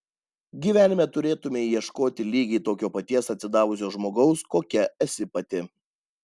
gyvenime turėtumei ieškoti lygiai tokio paties atsidavusio žmogaus kokia esi pati